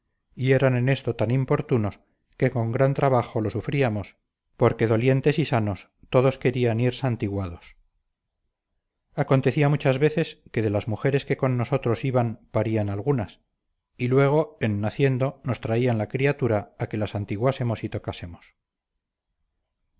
y eran en esto tan